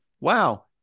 wow